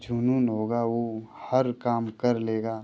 जुनून होगा वो हर काम कर लेगा